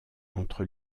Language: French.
entre